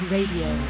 Radio